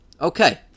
Okay